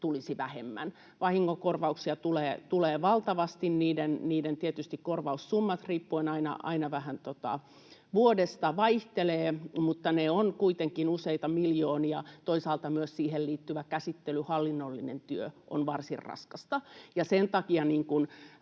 tulisi vähemmän. Vahingonkorvauksia tulee valtavasti, ja tietysti niiden korvaussummat aina vähän vuodesta riippuen vaihtelevat, mutta ne ovat kuitenkin useita miljoonia. Toisaalta myös siihen liittyvä käsittely ja hallinnollinen työ on varsin raskasta. Sen takia